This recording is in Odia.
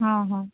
ହଁ ହଁ